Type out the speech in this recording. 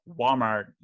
Walmart